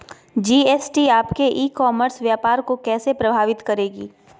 GST आपके e commerce व्यापार को कैसे प्रभावित करेगी?